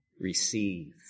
Receive